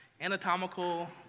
anatomical